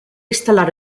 instal·lar